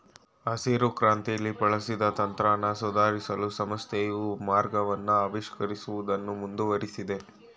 ಹಸಿರುಕ್ರಾಂತಿಲಿ ಬಳಸಿದ ತಂತ್ರನ ಸುಧಾರ್ಸಲು ಸಂಸ್ಥೆಯು ಮಾರ್ಗವನ್ನ ಆವಿಷ್ಕರಿಸುವುದನ್ನು ಮುಂದುವರ್ಸಿದೆ